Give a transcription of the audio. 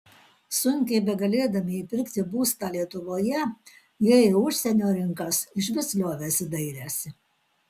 sunkiai begalėdami įpirkti būstą lietuvoje jie į užsienio rinkas išvis liovėsi dairęsi